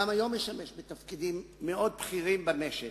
גם היום הוא משמש בתפקידים מאוד בכירים במשק.